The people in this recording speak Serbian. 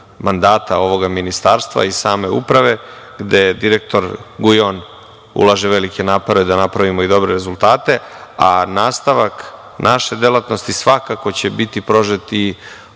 mandata ovog Ministarstva i same uprave, gde direktor Gujon, ulaže velike napore da napravimo i dobre rezultate, a nastavak naše delatnosti svakako će biti prožet i